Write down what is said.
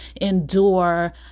endure